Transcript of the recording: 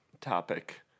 topic